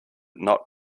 not